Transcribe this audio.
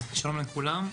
שלום לכולם.